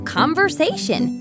conversation